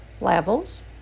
Levels